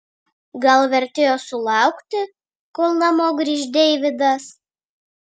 gal vertėjo sulaukti kol namo grįš deividas